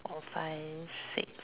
four five six